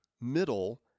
middle